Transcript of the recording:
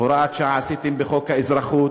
הוראת שעה עשיתם בחוק האזרחות,